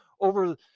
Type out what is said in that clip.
over